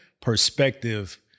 perspective